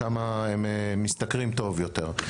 שם הם משתכרים טוב יותר.